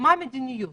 מה המדיניות,